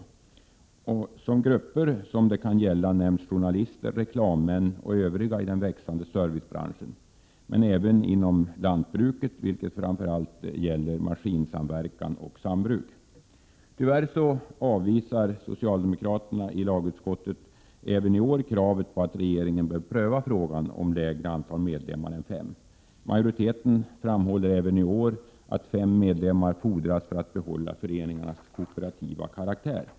Såsom exempel på grupper som det kan gälla nämns journalister, reklammän och övriga i den växande servicebranschen, men även grupper inom lantbruket, där det framför allt handlar om maskinsamverkan och sambruk. Tyvärr avvisar socialdemokraterna i lagutskottet även i år kravet på att regeringen skall pröva frågan om lägre antal medlemmar. Majoriteten framhåller även nu att fem medlemmar fordras för att behålla föreningarnas kooperativa karaktär.